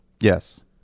Yes